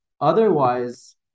otherwise